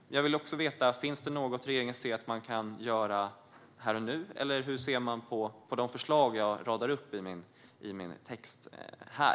Men jag vill veta om det finns något som regeringen ser att man kan göra här och nu. Hur ser man på de förslag som jag radar upp här?